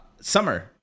summer